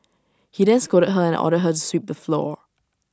he then scolded her and ordered her to sweep the floor